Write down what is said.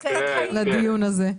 שתי דקות, בבקשה.